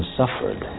suffered